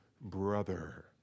brother